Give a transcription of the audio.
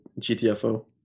GTFO